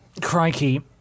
Crikey